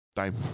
time